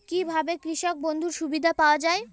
কি ভাবে কৃষক বন্ধুর সুবিধা পাওয়া য়ায়?